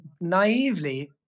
naively